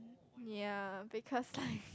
yea because like